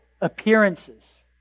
appearances